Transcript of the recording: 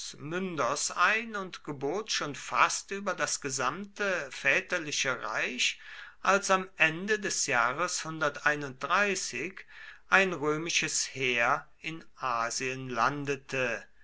myndos ein und gebot schon fast über das gesamte väterliche reich als am ende des jahres ein römisches heer in asien landete